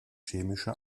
chemische